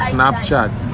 Snapchat